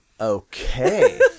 Okay